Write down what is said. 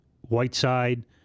Whiteside